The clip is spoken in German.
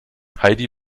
heidi